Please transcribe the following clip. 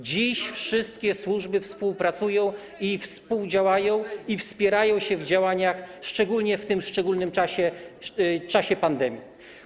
Dziś wszystkie służby współpracują, współdziałają i wspierają się w działaniach, szczególnie w tym specyficznym czasie, czasie pandemii.